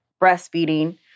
breastfeeding